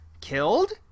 killed